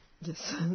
yes